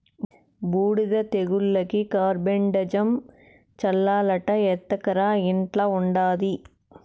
బూడిద తెగులుకి కార్బండిజమ్ చల్లాలట ఎత్తకరా ఇంట్ల ఉండాది